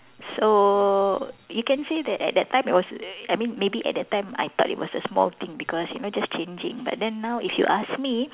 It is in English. so you can say that at that time it was I mean maybe at that time I thought it was a small thing because you know just changing but then now if you ask me